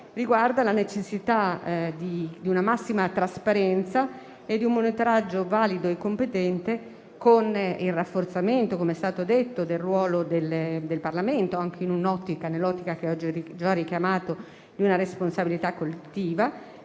riguarda la necessità di una massima trasparenza e di un monitoraggio valido e competente, con il rafforzamento del ruolo del Parlamento - come è stato detto - anche nell'ottica che ho già richiamato di una responsabilità collettiva.